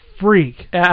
Freak